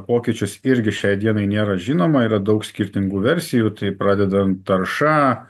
pokyčius irgi šiai dienai nėra žinoma yra daug skirtingų versijų tai pradedant tarša